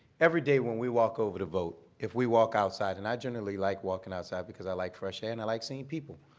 everyday, when we walk over to vote, if we walk outside and i generally like walking outside because i like fresh air and i like seeing people.